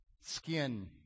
Skin